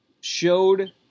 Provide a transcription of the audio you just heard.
showed